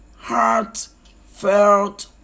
Heartfelt